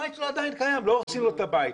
בית שלו עדיין קיים ולא הורסים לו את הבית.